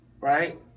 right